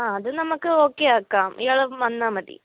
ആ അത് നമുക്ക് ഓക്കെയാക്കാം ഇയാള് വന്നാൽ മതി